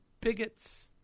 bigots